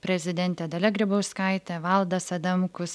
prezidentė dalia grybauskaitė valdas adamkus